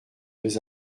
deux